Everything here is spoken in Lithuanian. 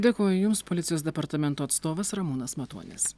dėkoju jums policijos departamento atstovas ramūnas matonis